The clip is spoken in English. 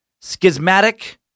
schismatic